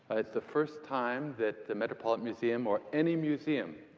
it's the first time that the metropolitan museum, or any museum,